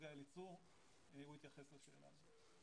חגי אליצור והוא יתייחס לשאלה הזאת.